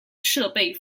设备